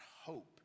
hope